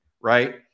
right